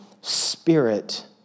spirit